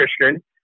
Christian